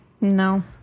No